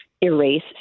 Erase